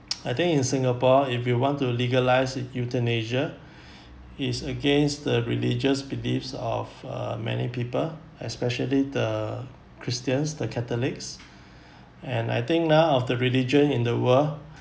I think in singapore if you want to legalize e~ euthanasia it's against the religious beliefs of uh many people especially the christians the catholics and I think now of the religion in the world